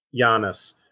Giannis